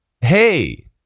hey